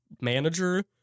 manager